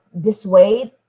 dissuade